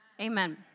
Amen